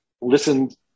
listened